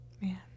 Man